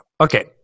Okay